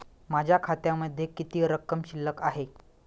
माझ्या खात्यामध्ये किती रक्कम शिल्लक आहे?